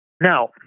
Now